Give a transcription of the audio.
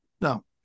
No